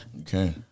Okay